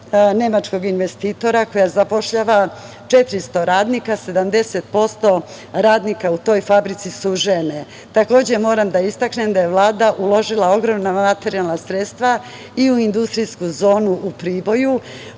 Nemačkog investitora, koja zapošljava 400 radnika, 70% radnika u toj fabrici su žene. Takođe moram da istaknem da je Vlada uložila ogromna materijalna sredstva i u industrijsku zonu u Priboju,